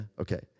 Okay